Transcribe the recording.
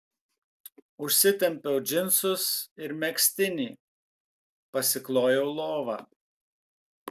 užsitempiau džinsus ir megztinį pasiklojau lovą